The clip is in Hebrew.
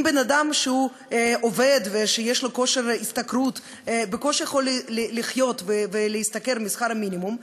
אם בן-אדם שעובד ויש לו כושר השתכרות בקושי יכול לחיות משכר המינימום,